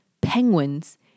penguins